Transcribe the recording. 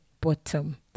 bottom